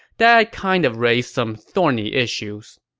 that kind of raises some thorny issues.